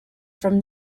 from